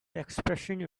expression